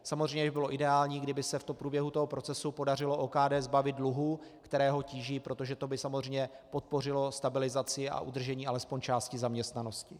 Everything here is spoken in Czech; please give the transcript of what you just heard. Samozřejmě by bylo ideální, kdyby se v průběhu procesu podařilo OKD zbavit dluhů, které ho tíží, protože to by samozřejmě podpořilo stabilizaci a udržení alespoň části zaměstnanosti.